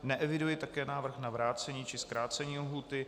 Neeviduji také návrh na vrácení či zkrácení lhůty.